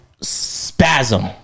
spasm